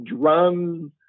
drums